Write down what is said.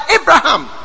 Abraham